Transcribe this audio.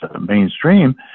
mainstream